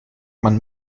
man